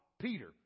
Peter